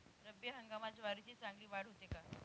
रब्बी हंगामात ज्वारीची चांगली वाढ होते का?